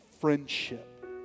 friendship